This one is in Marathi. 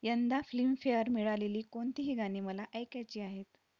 यंदा फिल्मफेअर मिळालेली कोणतीही गाणी मला ऐकायची आहेत